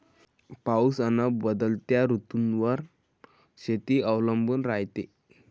पाऊस अन बदलत्या ऋतूवर शेती अवलंबून रायते